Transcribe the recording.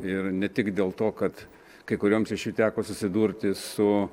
ir ne tik dėl to kad kai kurioms iš jų teko susidurti su